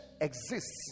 exists